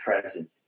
present